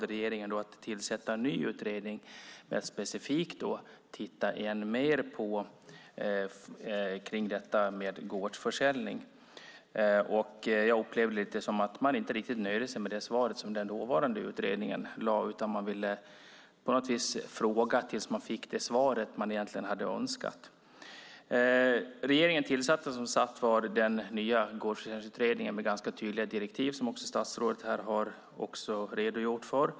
Regeringen valde att tillsätta en ny utredning för att specifikt titta på gårdsförsäljning. Jag upplevde det som att man inte riktigt nöjde sig med det svar som den tidigare utredningen gav. Man ville på något vis fråga tills man fick det svar man egentligen hade önskat. Regeringen tillsatte som sagt den nya gårdsförsäljningsutredningen med ganska tydliga direktiv, som också statsrådet här har redogjort för.